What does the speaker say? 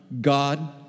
God